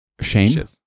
shame